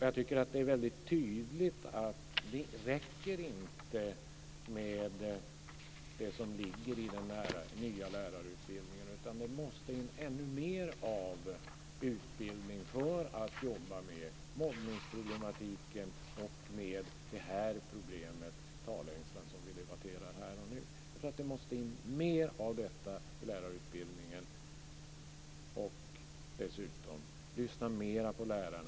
Jag tycker att det är väldigt tydligt att det inte räcker med det som ligger i den nya lärarutbildningen, utan det måste in ännu mer av utbildning för att man ska kunna jobba med mobbningsproblematiken och med det här problemet, talängslan, som vi debatterar här och nu. Jag tror att det måste in mer av detta i lärarutbildningen. Dessutom måste man lyssna mera på lärarna.